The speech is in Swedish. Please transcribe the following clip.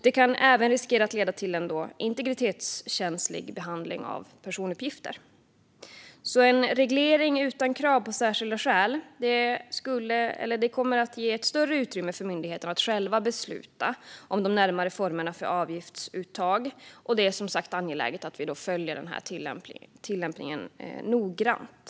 Det kan även riskera att leda till en integritetskänslig behandling av personuppgifter. En reglering utan krav på särskilda skäl kommer alltså att ge ett större utrymme för myndigheterna att själva besluta om de närmare formerna för avgiftsuttag, och det är, som sagt, angeläget att vi följer denna tillämpningen noggrant.